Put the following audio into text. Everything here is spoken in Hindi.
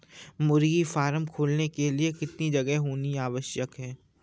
मुर्गी फार्म खोलने के लिए कितनी जगह होनी आवश्यक है?